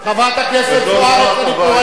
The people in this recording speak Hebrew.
לא היו מצוקות כאלה.